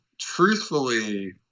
truthfully